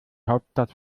hauptstadt